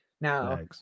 now